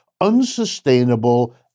unsustainable